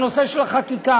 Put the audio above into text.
הנושא של החקיקה,